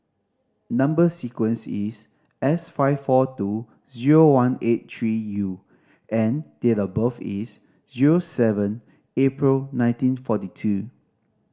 number sequence is S five four two zero one eight three U and date of birth is zero seven April nineteen forty two